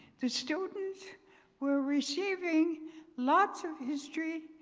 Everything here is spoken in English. the students were receiving lots of history,